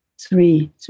three